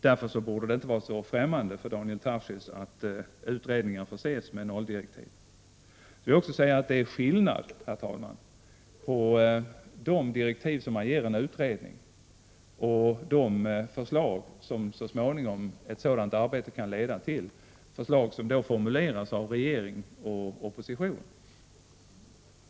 Därför borde det inte vara så främmande för Daniel Tarschys att utredningar förses med nolldirektiv. Herr talman! Det är skillnad på de direktiv som man ger en utredning och de förslag som ett sådant arbete så småningom kan leda till — förslag som då formuleras av regering och opposition.